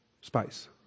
Spice